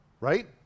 right